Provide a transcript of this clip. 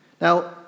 Now